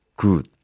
good